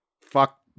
fuck